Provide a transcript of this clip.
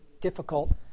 difficult